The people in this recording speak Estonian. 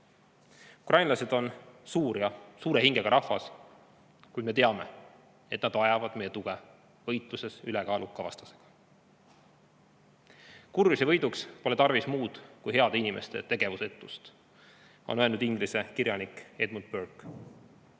peredelt. Ukrainlased on suur ja suure hingega rahvas, kuid me teame, et nad vajavad meie tuge võitluses ülekaaluka vastasega. Kurjuse võiduks pole tarvis muud kui heade inimeste tegevusetust, on öelnud inglise kirjanik Edmund Burke.